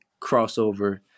crossover